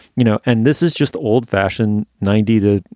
you know. and this is just old fashioned, ninety to,